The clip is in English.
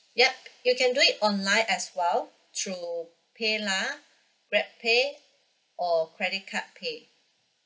yup you can do it online as well through paylah grabpay or credit card pay